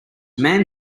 man